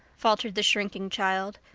faltered the shrinking child,